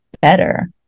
better